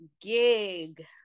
gig